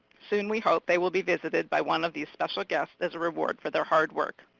soon we hope they will be visited by one of these special guests, as a reward for their hard work.